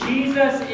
Jesus